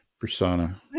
persona